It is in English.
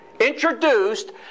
Introduced